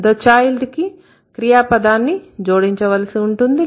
The child కి క్రియా పదాన్ని జోడించవలసి ఉంటుంది